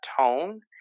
tone